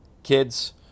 Kids